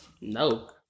No